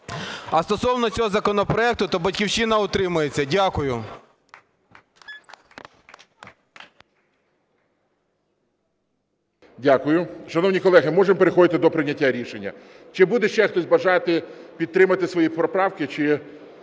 А стосовно цього законопроекту, то "Батьківщина" утримується. Дякую. ГОЛОВУЮЧИЙ. Дякую. Шановні колеги, можемо приходити до прийняття рішення. Чи буде ще хтось бажати підтримати свої поправки